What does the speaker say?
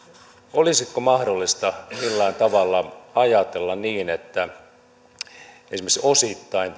olisiko mahdollista jollain tavalla ajatella niin että esimerkiksi osittain